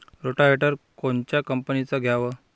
Rotavator कोनच्या कंपनीचं घ्यावं?